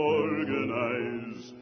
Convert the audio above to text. organize